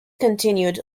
continued